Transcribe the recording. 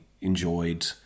enjoyed